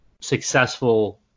successful